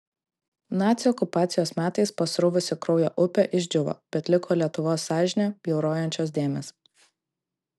nacių okupacijos metais pasruvusi kraujo upė išdžiūvo bet liko lietuvos sąžinę bjaurojančios dėmės